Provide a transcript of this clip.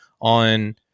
on